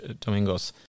Domingos